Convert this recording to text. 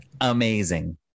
Amazing